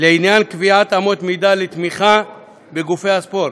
לעניין קביעת אמות מידה לתמיכה בגופי ספורט.